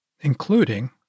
including